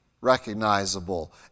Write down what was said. recognizable